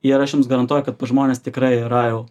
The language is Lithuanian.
ir aš jums garantuoju kad pas žmones tikrai yra jau